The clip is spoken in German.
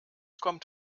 kommt